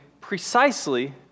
precisely